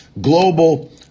global